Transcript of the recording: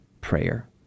prayer